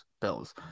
Bills